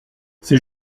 ces